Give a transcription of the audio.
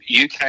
UK